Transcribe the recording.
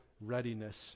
readiness